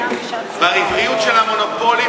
ברווחיות הבלתי-סבירה של המונופולים,